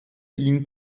ihn